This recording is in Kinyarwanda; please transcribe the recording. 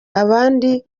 abandi